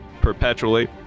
perpetually